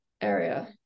area